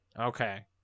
Okay